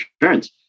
insurance